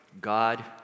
God